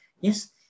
yes